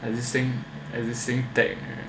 existing existing tech